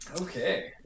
Okay